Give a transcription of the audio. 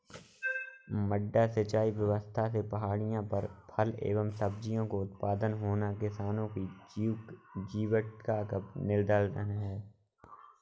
मड्डा सिंचाई व्यवस्था से पहाड़ियों पर फल एवं सब्जियों का उत्पादन होना किसानों की जीवटता का निदर्शन है